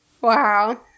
Wow